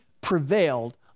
prevailed